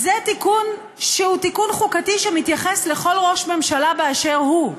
זה תיקון שהוא תיקון חוקתי שמתייחס לכל ראש ממשלה באשר הוא.